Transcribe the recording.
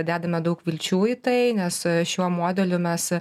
dedame daug vilčių į tai nes šiuo modeliu mes